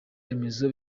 remezo